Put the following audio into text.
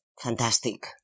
fantastic